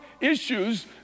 issues